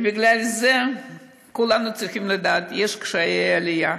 ובגלל זה כולנו צריכים לדעת: יש קשיי עלייה.